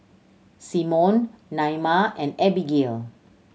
Symone Naima and Abigail